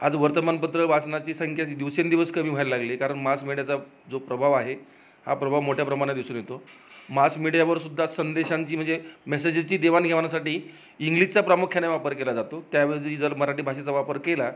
आज वर्तमानपत्र वाचनाची संख्या दिवसेंदवस कमी व्हायला लागली आहे कारण मास मीडियाचा जो प्रभाव आहे हा प्रभाव मोठ्या प्रमाणे दिसून येतो मास मीडियावरसुद्धा संदेशांची म्हणजे मेसेजेसची देवाणघेवाणसाठी इंग्लिशचा प्रामुख्याने वापर केला जातो त्याऐवजी जर मराठी भाषेचा वापर केला